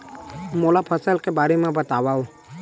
मोला फसल के बारे म बतावव?